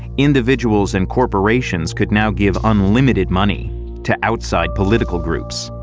individuals and corporations could now give unlimited money to outside political groups.